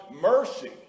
mercy